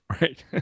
right